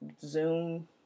Zoom